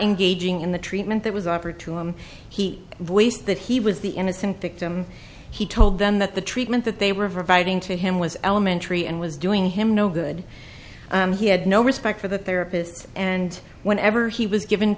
engaging in the treatment that was offered to him he voiced that he was the innocent victim he told them that the treatment that they were providing to him was elementary and was doing him no good he had no respect for the therapist and whenever he was given